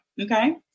Okay